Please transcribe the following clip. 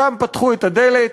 שם פתחו את הדלת,